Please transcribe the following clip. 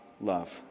love